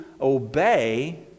obey